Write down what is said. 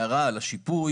הערה על השיפוי.